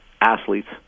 athletes